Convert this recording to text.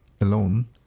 alone